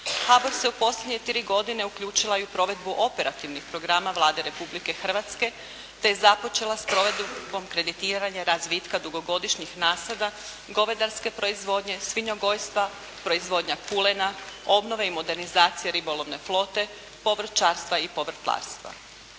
HBOR se u posljednje tri godine uključila i u provedbu operativnih programa Vlade Republike Hrvatske, te je započela s provedbom kreditiranja razvitka dugogodišnjih nasada, govedarske proizvodnje, svinjogojstva, proizvodnja kulena, obnova i modernizacija ribolovne flote, povrćarstva i povrtlarstva.